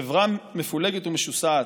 כחברה מפולגת ומשוסעת,